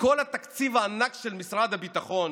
מכל התקציב הענק של משרד הביטחון,